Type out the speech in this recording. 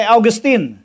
Augustine